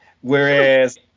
whereas